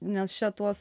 nes čia tuos